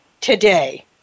today